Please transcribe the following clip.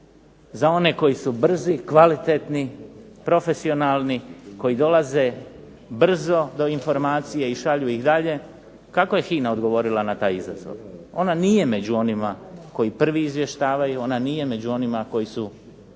za one koji su brzi, kvalitetni, profesionalni, koji dolaze brzo do informacije i šalju ih dalje, kako je HINA odgovorila na taj izazov? Ona nije među onima koji prvi izvještavaju, ona nije među onima koji su